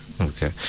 Okay